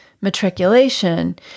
matriculation